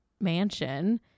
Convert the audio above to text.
mansion